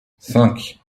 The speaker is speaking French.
cinq